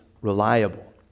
reliable